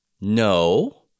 no